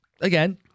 again